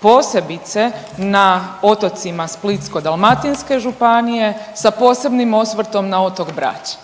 posebice na otocima Splitsko-dalmatinske županije sa posebnim osvrtom na otok Brač.